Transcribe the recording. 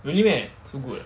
really meh so good